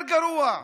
יותר גרוע.